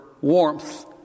warmth